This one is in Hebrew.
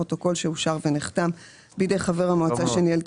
פרוטוקול שאושר ונחתם בידי חבר המועצה שניהל את